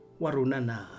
warunana